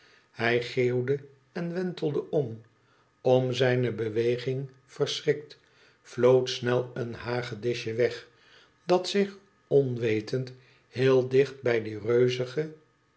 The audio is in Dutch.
hij geeuwde en wentelde om om zijne beweging verschrikt vlood snel een hagedisje weg dat zich onwetend heel dicht bij die